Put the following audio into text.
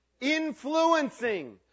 Influencing